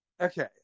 Okay